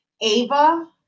Ava